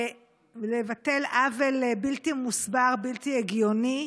לבטל עוול בלתי מוסבר, בלתי הגיוני,